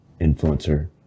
influencer